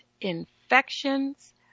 infections